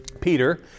Peter